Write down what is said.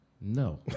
No